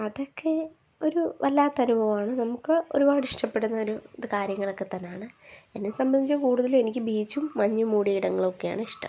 അതൊക്കെ ഒരു വല്ലാത്ത അനുഭവമാണ് നമുക്ക് ഒരുപാട് ഇഷ്ടപ്പെടുന്ന ഒരു കാര്യങ്ങളൊക്കെ തന്നെ ആണ് എന്നെ സംബന്ധിച്ച് കൂടുതലും എനിക്ക് ബീച്ചും മഞ്ഞ് മൂടിയ ഇടങ്ങളൊക്കെയാണ് ഇഷ്ടം